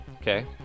okay